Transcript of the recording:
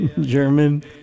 German